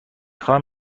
خواهم